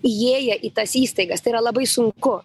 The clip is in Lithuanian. įėję į tas įstaigas tai yra labai sunku